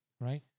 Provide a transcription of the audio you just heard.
right